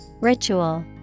ritual